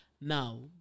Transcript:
Now